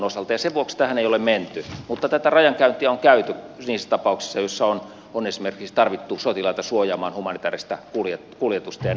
sen vuoksi tähän ei ole menty mutta tätä rajankäyntiä on käyty niissä tapauksissa joissa on esimerkiksi tarvittu sotilaita suojaamaan humanitääristä kuljetusta ja niin poispäin